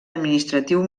administratiu